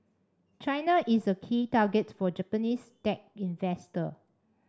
China is a key target for Japanese tech investor